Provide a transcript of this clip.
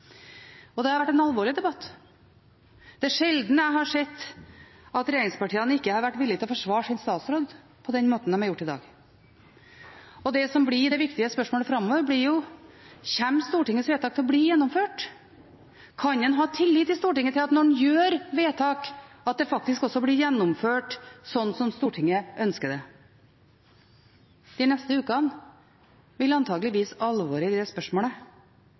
Det har vært en alvorlig debatt. Det er sjelden jeg har sett at regjeringspartiene ikke har vært villig til å forsvare sin statsråd, på den måten de har gjort i dag. Det som blir det viktige spørsmålet framover, er: Kommer Stortingets vedtak til å bli gjennomført? Kan en ha tillit til at når Stortinget gjør et vedtak, blir det gjennomført sånn som Stortinget ønsker det? De neste ukene vil antakelig vise alvoret i det spørsmålet,